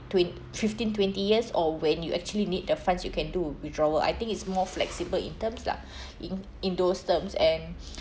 twen~ fifteen twenty years or when you actually need the funds you can do withdrawal I think it's more flexible in terms lah in in those terms and